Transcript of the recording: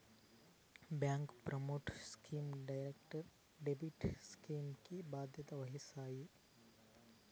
bank payment schemes direct debit scheme కి బాధ్యత వహిస్తాయి